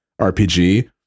RPG